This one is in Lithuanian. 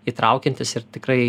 įtraukiantis ir tikrai